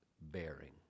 bearing